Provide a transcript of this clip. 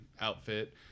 outfit